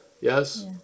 yes